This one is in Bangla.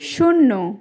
শূন্য